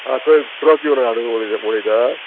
आं थंय ट्रक हाडून उड उडयता